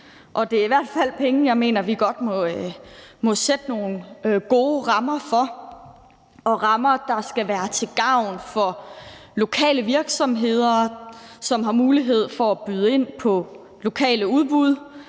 Det er i hvert fald penge, som jeg mener at vi godt må sætte nogle gode rammer for; rammer, der skal være til gavn for lokale virksomheder, som har mulighed for at byde ind på lokale udbud,